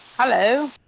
Hello